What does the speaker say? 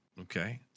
Okay